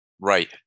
Right